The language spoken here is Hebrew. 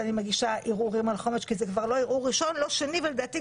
הגישה הזאת של רע"מ והמדיניות שהיא מנסה